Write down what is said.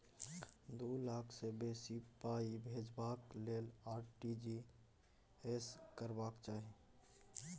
दु लाख सँ बेसी पाइ भेजबाक लेल आर.टी.जी एस करबाक चाही